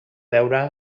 deure